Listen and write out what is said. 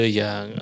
yang